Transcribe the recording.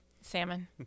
salmon